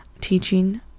teaching